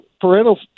parental